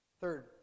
Third